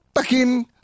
takin